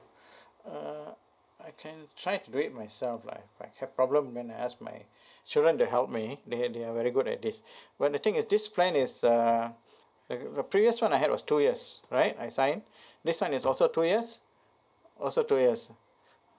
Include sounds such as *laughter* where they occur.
*breath* uh I can try to do it myself lah if I have problem then I ask my *breath* children to help me they they are very good at this but the thing is this plan is uh the the previous one I had was two yes right I sign *breath* this one is also two yes also two years